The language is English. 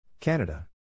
Canada